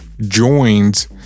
joins